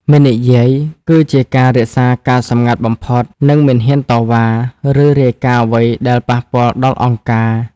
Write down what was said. «មិននិយាយ» គឺជាការរក្សាការសម្ងាត់បំផុត និងមិនហ៊ានតវ៉ា ឬរាយការណ៍អ្វីដែលប៉ះពាល់ដល់អង្គការ។